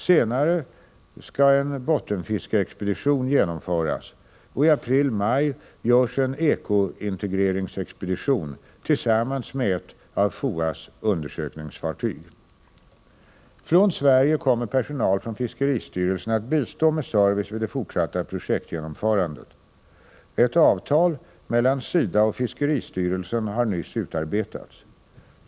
Senare skall en bottenfiskeexpedition genomföras, och i april-maj görs en ekointegreringsexpedition tillsammans med ett av FAO:s undersökningsfartyg. Från Sverige kommer personal från fiskeristyrelsen att bistå med service vid det fortsatta projektgenomförandet. Ett avtal mellan SIDA och fiskeristyrelsen har nyss utarbetats.